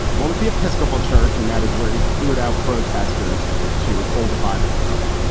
what was the episcopal church? and that is where he cleared out protesters to hold a bible in front of.